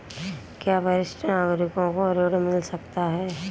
क्या वरिष्ठ नागरिकों को ऋण मिल सकता है?